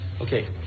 Okay